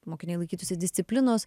mokiniai laikytųsi disciplinos